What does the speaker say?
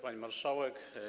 Pani Marszałek!